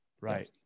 Right